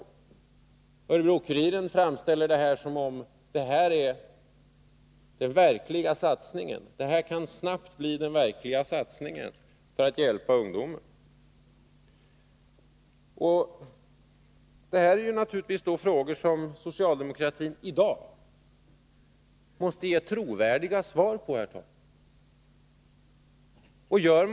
Och Örebro Kuriren framställer saken som om det här är något som snabbt kan bli den verkliga satsningen för att hjälpa ungdomen. Herr talman! Naturligtvis måste socialdemokraterna i dag ge trovärdiga svar på dessa frågor.